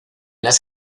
las